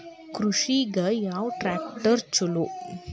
ಕೃಷಿಗ ಯಾವ ಟ್ರ್ಯಾಕ್ಟರ್ ಛಲೋ?